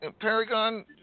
Paragon